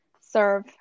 serve